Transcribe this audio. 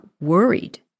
worried